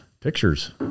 pictures